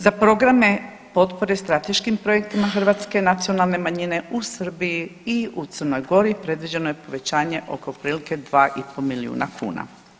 Za programe potpore strateškim projektima hrvatske nacionalne manjine u Srbiji i u Crnoj Gori predviđeno je povećanje od otprilike 2 i pol milijuna kuna.